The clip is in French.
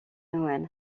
noël